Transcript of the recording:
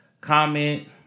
comment